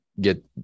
get